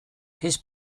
his